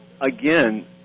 again